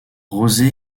josé